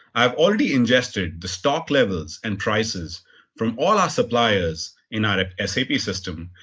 i've already ingested the stock levels and prices from all our suppliers in our sap system,